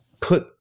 put